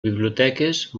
biblioteques